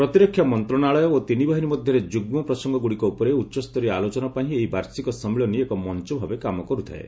ପ୍ରତିରକ୍ଷା ମନ୍ତ୍ରଶାଳୟ ଓ ତିନିବାହିନୀ ମଧ୍ୟରେ ଯୁଗ୍ମ ପ୍ରସଙ୍ଗଗୁଡ଼ିକ ଉପରେ ଉଚ୍ଚସ୍ତରୀୟ ଆଲୋଚନା ପାଇଁ ଏହି ବାର୍ଷିକ ସମ୍ମିଳନୀ ଏକ ମଞ୍ଚ ଭାବେ କାମ କରୁଥାଏ